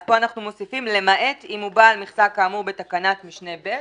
אז פה אנחנו מוסיפים: "למעט אם הוא בעל מכסה כאמור בתקנת משנה (ב)",